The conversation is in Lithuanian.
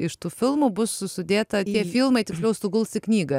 iš tų filmų bus sudėta tie filmai tiksliau suguls į knygą